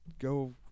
go